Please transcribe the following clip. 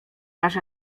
masz